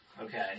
Okay